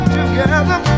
together